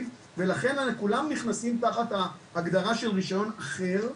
ולכן כולם נכנסים תחת ההגדרה של "רישיון אחר"